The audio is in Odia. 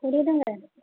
କୋଡ଼ିଏ ଟଙ୍କା